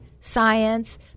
science